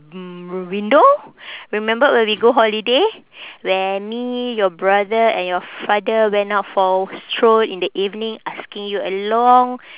mm window remember when we go holiday when me your brother and your father went out for a stroll in the evening asking you along